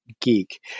geek